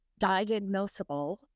diagnosable